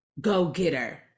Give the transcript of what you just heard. go-getter